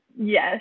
Yes